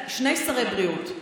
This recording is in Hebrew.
שני שרי בריאות,